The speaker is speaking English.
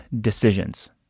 decisions